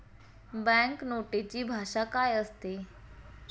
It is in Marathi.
बँक नोटेची भाषा काय असते?